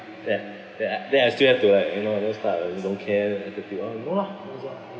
then I then I then I still have to like you know those type really don't care attitude [one] no ah going out